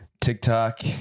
tiktok